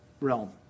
realm